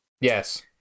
Yes